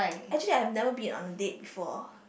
actually I have never been on date before